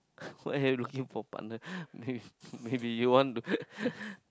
why are you looking for partner if if you want to